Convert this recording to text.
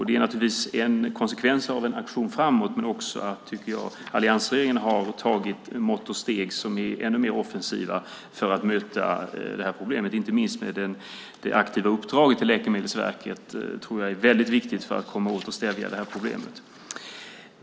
Det är en konsekvens av en aktion framåt, men också en konsekvens av att alliansregeringen har vidtagit mått och steg som är ännu mer offensiva för att möta problemet. Det handlar inte minst om det aktiva uppdraget till Läkemedelsverket som jag tror är väldigt viktigt för att komma åt och stävja problemet.